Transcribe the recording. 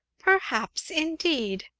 perhaps, indeed!